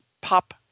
pop